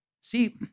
see